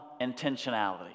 intentionality